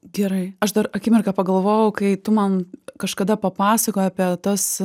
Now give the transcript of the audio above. gerai aš dar akimirką pagalvojau kai tu man kažkada papasakojai apie tas